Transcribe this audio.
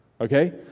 Okay